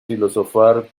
filosofar